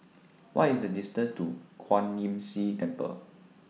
What IS The distance to Kwan Imm See Temple